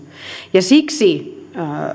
siksi